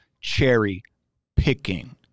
cherry-picking